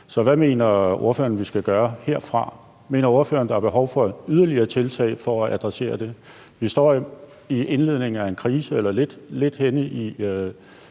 Så hvad mener ordføreren, vi skal gøre herfra? Mener ordføreren, at der er behov for yderligere tiltag for at adressere det? Vi står her lidt henne i